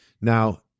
Now